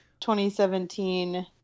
2017